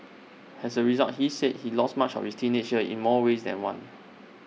as A result he said he lost much of his teenage years in more ways than one